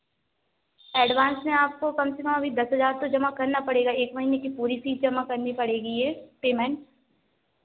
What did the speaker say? advance में आपको कम से कम अभी दस हज़ार तो जमा करना पड़ेगा एक महीने की पूरी फ़ीस जमा करनी पड़ेगी ये पेमेन्ट